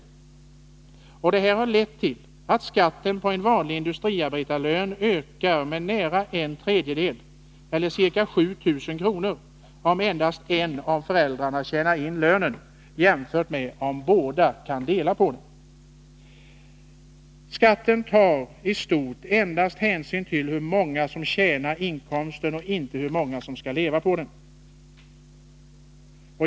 Detta har lett till att skatten på en vanlig industriarbetarlön ökar med nära en tredjedel, eller ca 7 000 kr., om endast en av föräldrarna tjänar in lönen jämfört med om de tjänar in hälften var. Vid beskattningen tas i stort endast hänsyn till hur många som tjänar in inkomsten, inte till hur många som skall leva på den.